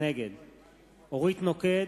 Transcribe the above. נגד אורית נוקד,